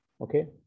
Okay